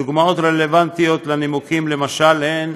דוגמאות רלוונטיות לנימוקים הן: